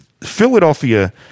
Philadelphia